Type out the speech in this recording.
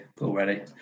already